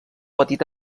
petit